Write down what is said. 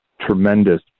tremendous